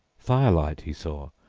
firelight he saw,